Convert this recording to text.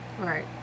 Right